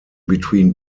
between